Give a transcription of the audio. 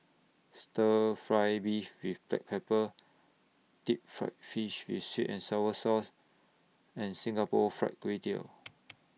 Stir Fry Beef with Black Pepper Deep Fried Fish with Sweet and Sour Sauce and Singapore Fried Kway Tiao